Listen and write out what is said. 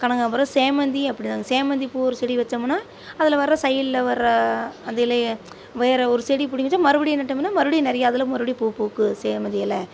கனகாம்பரம் சாமந்தி அப்படிதாங்க சாமந்தி பூ ஒரு செடி வைச்சோமுன்னா அதில் வர சைடில் வர அந்த இலையை வேறு ஒரு செடி பிடுங்கிட்டு மறுபடி நட்டோமுன்னால் மறுபடி நிறையா அதில் மறுபடி பூ பூக்கும் சாமந்தி இல